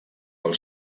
del